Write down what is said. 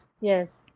yes